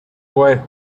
white